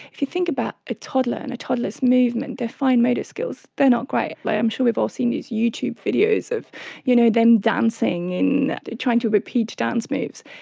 if you think about a toddler and a toddler's movement, their fine motor skills, they're not great. like i'm sure we've all seen these youtube videos of you know them dancing and trying to repeat dance moves,